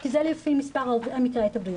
כי זה לפי מספר מקרי ההתאבדות.